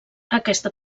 aquesta